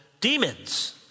demons